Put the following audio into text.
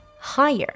higher